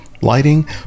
lighting